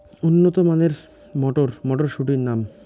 উন্নত মানের মটর মটরশুটির নাম?